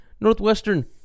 Northwestern